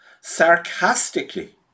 sarcastically